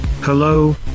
Hello